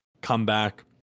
comeback